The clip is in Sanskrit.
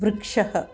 वृक्षः